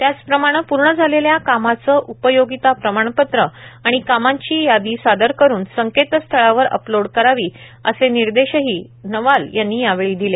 त्याचप्रमाणे पूर्ण झालेल्या कामाचे उपयोगिता प्रमाणपत्र आणि कामांची यादी सादर करून संकेतस्थळावर अपलोड करावी असे निर्देश जिल्हाधिकारी नवाल यांनी यावेळी दिले